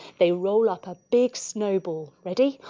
they roll up a big snowball. ready?